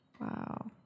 Wow